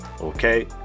okay